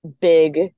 big